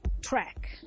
track